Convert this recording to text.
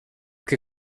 que